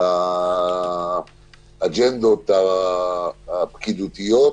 האג'נדות הפקידותיות,